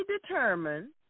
determine